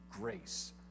grace